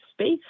space